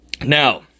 Now